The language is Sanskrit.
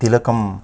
तिलकम्